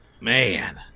Man